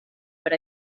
per